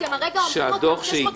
אתם הרגע אמרתם 600,